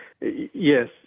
Yes